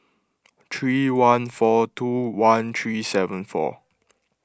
three one four two one three seven four